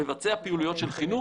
לבצע פעילויות של חינוך.